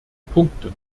punkten